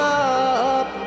up